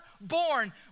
born